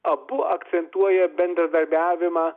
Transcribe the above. abu akcentuoja bendradarbiavimą